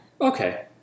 Okay